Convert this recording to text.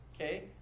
okay